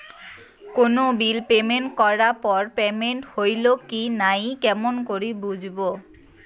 কোনো bill payment করার পর পেমেন্ট হইল কি নাই কেমন করি বুঝবো?